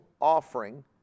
offering